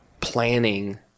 planning